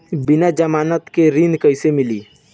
बिना जमानत के ऋण कैसे मिली?